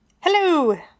Hello